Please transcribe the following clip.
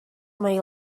may